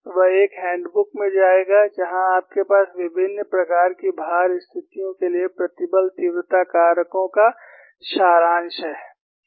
वह एक hand book में जाएगा जहां आपके पास विभिन्न प्रकार की भार स्थितियों के लिए प्रतिबल तीव्रता कारकों का सारांश है